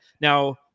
now